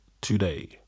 today